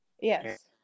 Yes